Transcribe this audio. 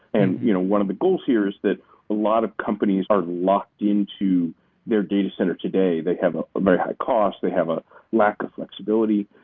and you know one of the goals here is that a lot of companies are locked into their data center today, they have a very high cost. they have a lack of flexibility.